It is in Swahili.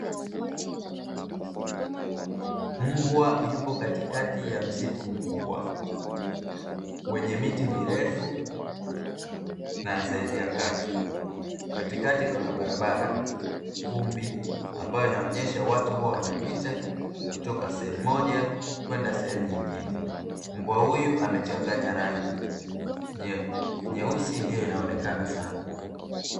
Mbwa yupo katikati ya msitu mkubwa, wenye miti mirefu na saizi ya kati. Katikati kuna barabara vumbi, ambayo inaonyesha watu huwa wanapita kutoka sehemu moja kwenda sehemu nyingine. Mbwa huyu amechanganya rangi, nyeusi ndio inaonekana sana.